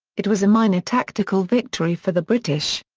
it was a minor tactical victory for the british.